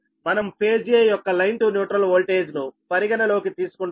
మనం phase 'a' యొక్క line to neutral voltage ను పరిగణనలోకి తీసుకుంటున్నాం